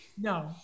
No